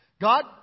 god